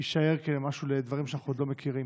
יישאר כמשהו לדברים שאנחנו עוד לא מכירים.